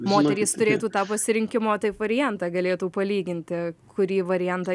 moterys turėtų tą pasirinkimo taip variantą galėtų palyginti kurį variantą